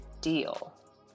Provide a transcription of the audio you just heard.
deal